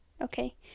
okay